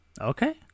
Okay